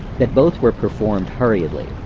that both were performed hurriedly,